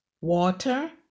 water